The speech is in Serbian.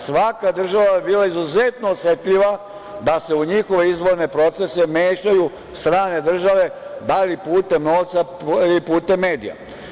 Svaka država bi bila izuzetno osetljiva da se u njihove izborne procese mešaju strane države, dali putem novca ili putem medija.